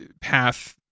path